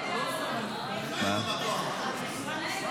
רגע.